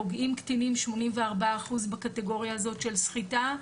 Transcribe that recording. פוגעים קטינים 84% בקטגוריה הזאת של סחיטה,